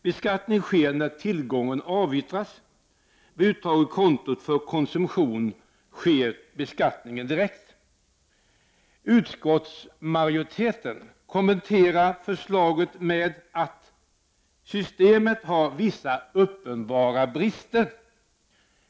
Beskattning sker när tillgången avyttras. Vid uttag ur kontot för konsumtion sker beskattningen direkt. Utskottsmajoriteten kommenterar förslaget med att ”systemet har vissa uppenbara brister”.